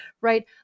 Right